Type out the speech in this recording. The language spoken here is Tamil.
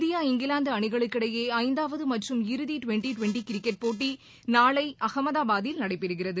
இந்தியா இங்கிலாந்து அணிகளுக்கிடையே ஐந்தாவது மற்றும் இறுதி டிவெண்டி டிவெண்டி கிரிக்கெட் போட்டி நாளை அகமதாபாத்தில் நடைபெறுகிறது